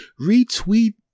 retweet